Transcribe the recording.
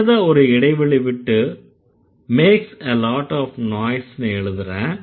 சின்னதா ஒரு இடைவெளி விட்டு makes a lot of noise ன்னு எழுதறேன்